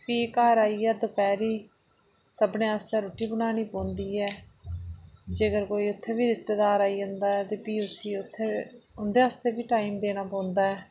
प्ही घर आइयै दपैह्रीं सभनें आस्तै रुट्टी बनाना पौंदी ऐ जेकर कोई उत्थें बी रिश्तेदार आई जंदा ऐ ते उसी उत्थें बी उंदे आस्तै बी टाईम देना पौंदा ऐ